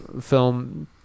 film